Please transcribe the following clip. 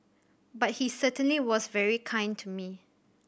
but he certainly was very kind to me